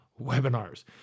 Webinars